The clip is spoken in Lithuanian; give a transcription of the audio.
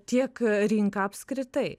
tiek rinką apskritai